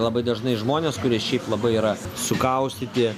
labai dažnai žmonės kurie šiaip labai yra sukaustyti